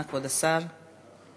הצעות לסדר-היום מס' 492,